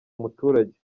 umuturage